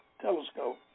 Telescope